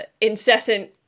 incessant